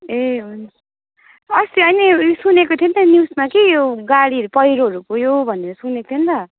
ए हुन् अस्ति हैन यो ऊ सुनेको थिएँ नि त न्युजमा कि यो गाडीहरू पैरोहरू गयो भनेर सुनेको थिएँ नि त